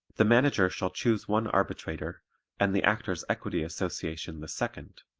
the manager shall choose one arbitrator and the actors' equity association the second.